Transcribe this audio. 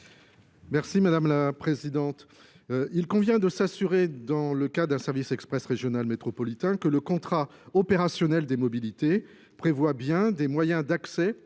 gillet madame la présidente il convient de s'assurer dans le c le cadre d'un service express régional métropolitain que le contrat opérationnel des mobilités prévoit bien des moyens d'accès